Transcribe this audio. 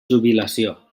jubilació